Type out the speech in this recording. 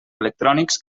electrònics